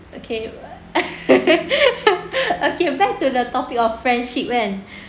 okay okay best ke dalam topic of friendship kan